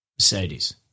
Mercedes